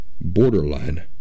borderline